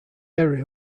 area